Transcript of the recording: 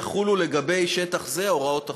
יחולו לגבי" שטח זה הוראות החוק.